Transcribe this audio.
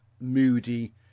moody